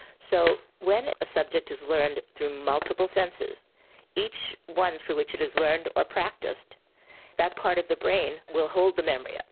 so when a subject is learned through multiple senses each one through which it is learned or practised that part of the brain will hold the memory of